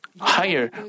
higher